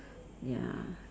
ya